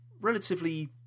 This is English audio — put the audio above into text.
relatively